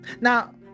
now